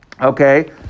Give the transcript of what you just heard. Okay